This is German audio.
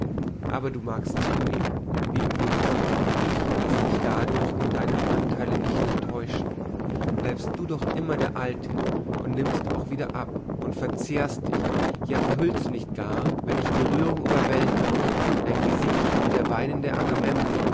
aber du magst zunehmen wie du willst ich lasse mich dadurch in deinem antheile nicht täuschen bleibst du doch immer der alte und nimmst auch wieder ab und verzehrst dich ja verhüllst du nicht gar wenn dich die rührung überwältigt dein gesicht wie der weinende